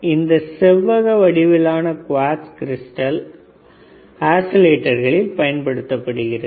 அந்த செவ்வக வடிவிலான குவாட்ஸ் கிரிஸ்டல் ஆஸிலேட்டர்களில் பயன்படுத்தப்படுகிறது